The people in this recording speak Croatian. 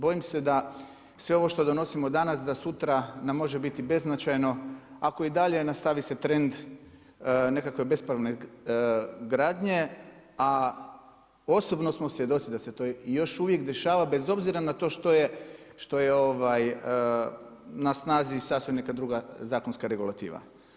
Bojim se da sve ovo što donosimo danas da sutra nam može biti beznačajno ako i dalje se nastavi trend nekakve bespravne gradnje, a osobno smo svjedoci da se to i još uvijek dešava bez obzira na to što je na snazi sasvim neka druga zakonska regulativa.